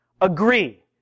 agree